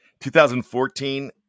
2014